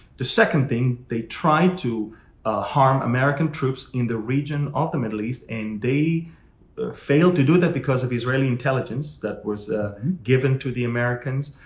the second thing. they tried to harm american troops in the region of the middle east, and they failed to do that because of israeli intelligence that was given to the americans.